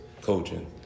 coaching